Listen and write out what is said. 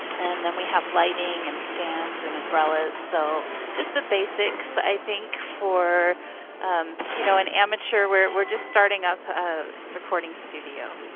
then we have lighting and stands, and umbrellas so just the basics, i think, for you know an amateur. we're just starting up a recording studio.